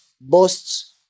boasts